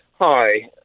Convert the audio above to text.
Hi